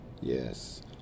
Yes